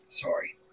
Sorry